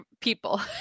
people